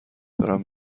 دارم